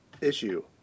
issue